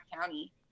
County